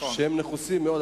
והם נחוצים מאוד.